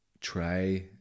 try